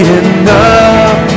enough